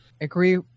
Agree